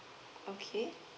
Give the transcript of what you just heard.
okay